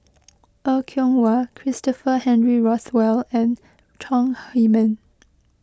Er Kwong Wah Christopher Henry Rothwell and Chong Heman